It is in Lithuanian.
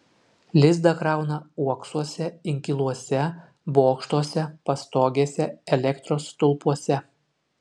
lizdą krauna uoksuose inkiluose bokštuose pastogėse elektros stulpuose